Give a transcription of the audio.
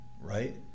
right